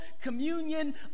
communion